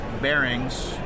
bearings